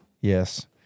Yes